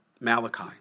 Malachi